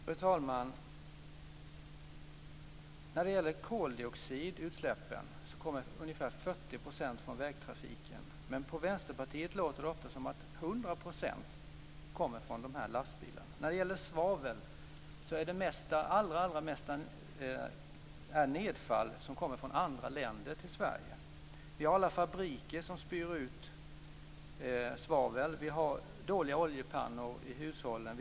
Fru talman! När det gäller koldioxidutsläppen kommer ungefär 40 % från vägtrafiken. Men på Vänsterpartiet låter det ofta som att 100 % kommer från dessa lastbilar. När det gäller svavel är den allra största delen nedfall som kommer från andra länder till Sverige. Vi har alla fabriker som spyr ut svavel. Vi har dåliga oljepannor i hushållen.